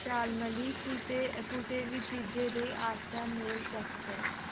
शालमली कुसै बी चीजै दे आस्तै मेल चैक्क करो